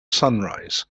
sunrise